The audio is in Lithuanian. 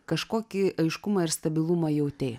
kažkokį aiškumą ir stabilumą jautei